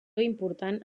important